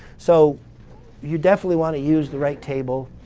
so you definitely want to use the right table.